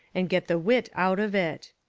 and get the wit out of it.